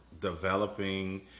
developing